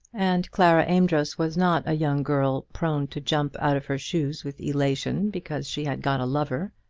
and clara amedroz was not a young girl, prone to jump out of her shoes with elation because she had got a lover.